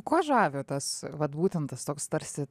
kuo žavi tas vat būtent tas toks tarsi